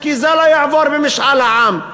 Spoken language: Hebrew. כי זה לא יעבור במשאל העם.